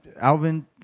Alvin